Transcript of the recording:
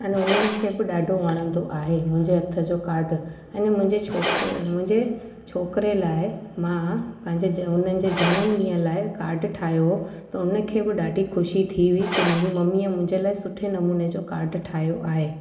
अने उन्हनि खे बि ॾाढो वणंदो आहे मुंहिंजे हथ जो काड अने मुंहिंजे छोक मुंहिंजे छोकिरे लाइ मां पंहिंजे उन्हनि जे जनमु ॾींहुं लाइ काड ठाहियो त हुनखे बि ॾाढी ख़ुशी थी हुई की मुंहिंजी मम्मीअ मुंहिंजे लाइ सुठे नमूने जो काड ठाहियो आहे